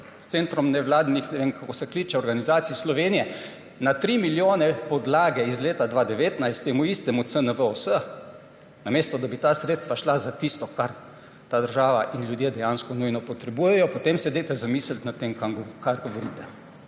s centrom nevladnih, ne vem, kako se kliče, organizacij Slovenije, na tri milijone podlage iz leta 2019 temu istemu CNVOS, namesto da bi ta sredstva šla za tisto, kar ta država in ljudje dejansko nujno potrebujejo, potem se dajte zamisliti nad tem, kar govorite,